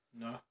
No